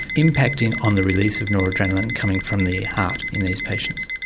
impacting on the release of noradrenaline coming from the heart in these patients.